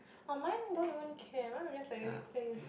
oh mine don't even care mine will just let you let you